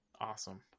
Awesome